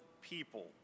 people